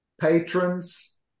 patrons